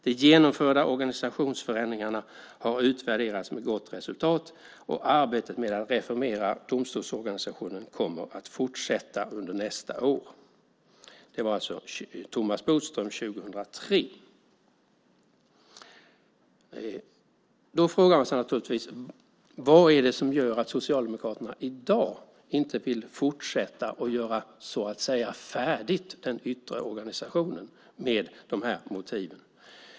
De genomförda organisationsförändringarna har utvärderats med gott resultat och arbetet med att reformera domstolsorganisationen kommer att fortsätta under nästa år." Det var vad Thomas Bodström sade år 2003. Då frågar man sig: Vad är det som gör att Socialdemokraterna i dag inte vill fortsätta och så att säga göra färdigt den yttre organisationen med de motiven?